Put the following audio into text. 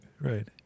right